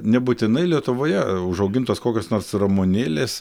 nebūtinai lietuvoje užaugintos kokios nors ramunėlės